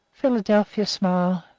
philadelphia smiled.